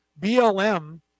BLM